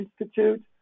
Institute